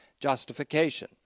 Justification